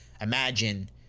imagine